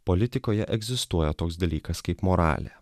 politikoje egzistuoja toks dalykas kaip moralė